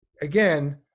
again